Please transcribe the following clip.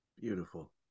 Beautiful